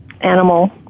animal